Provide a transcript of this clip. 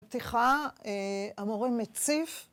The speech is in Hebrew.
המורה מציף